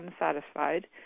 unsatisfied